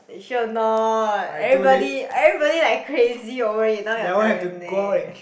you sure or not everybody everybody like crazy over it now your turn eh